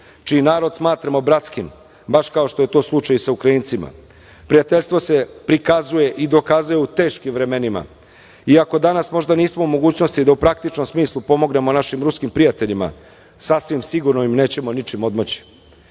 čiji narod smatramo bratskim, baš kao što je to slučaj i sa Ukrajincima. Prijateljstvo se prikazuje i dokazuje u teškim vremenima. Iako danas možda nismo u mogućnosti da u praktičnom smislu pomognemo našim ruskim prijateljima, sasvim sigurno im nećemo ničim